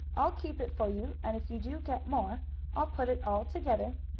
i'll keep it for you, and if you do get more i'll put it all together,